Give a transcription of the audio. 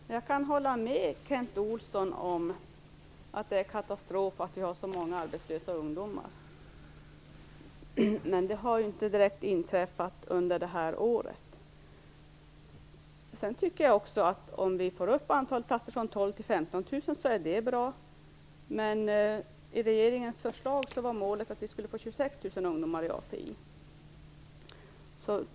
Herr talman! Jag kan hålla med Kent Olsson om att det är en katastrof att vi har så många arbetslösa ungdomar. Men detta har ju inte inträffat under detta år direkt. Om vi kan öka antalet platser från 12 000 till 15 000 tycker jag att det är bra. I regeringens förslag var målet 26 000 ungdomar i API.